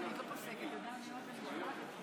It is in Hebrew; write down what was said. אני מבין שאתה אחראי למסיבה שם,